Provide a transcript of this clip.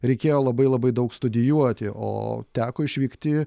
reikėjo labai labai daug studijuoti o teko išvykti